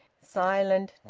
silent,